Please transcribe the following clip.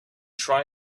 try